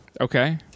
Okay